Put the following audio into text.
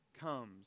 comes